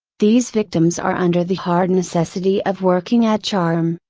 these victims are under the hard necessity of working at charm,